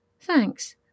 Thanks